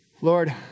Lord